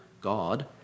God